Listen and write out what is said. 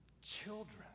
Children